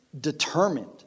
determined